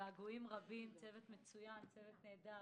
בגעגועים רבים, צוות מצוין גילה,